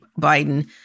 Biden-